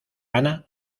ana